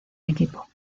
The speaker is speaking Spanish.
equipo